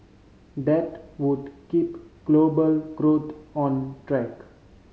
that would keep global growth on track